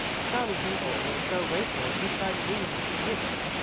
some people were so grateful if you tried to do them a favor!